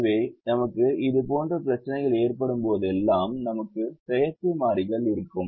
எனவே நமக்கு இதுபோன்ற பிரச்சினைகள் ஏற்படும் போதெல்லாம் நமக்கு செயற்கை மாறிகள் இருக்கும்